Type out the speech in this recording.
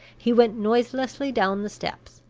he went noiselessly down the steps,